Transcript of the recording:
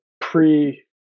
pre